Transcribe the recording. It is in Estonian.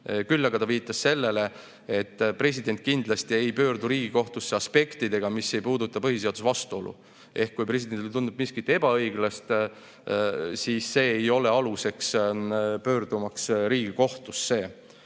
Küll aga õigusnõunik viitas sellele, et president kindlasti ei pöördu Riigikohtusse aspektidega, mis ei puuduta vastuolu põhiseadusega. Ehk kui presidendile tundub miski ebaõiglane, siis see ei ole alus, miks pöörduda Riigikohtusse.